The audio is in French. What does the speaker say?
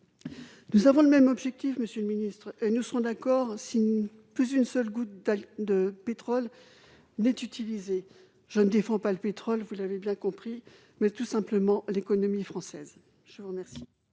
nous avons le même objectif, monsieur le ministre, nous serons d'accord s'il plus une seule goutte de pétrole n'est utilisé, je ne défends pas le pétrole, vous l'avez bien compris mais tout simplement l'économie française, je vous remercie.